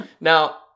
Now